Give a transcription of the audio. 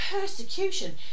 persecution